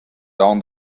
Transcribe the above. down